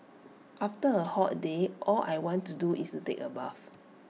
after A hot day all I want to do is take A bath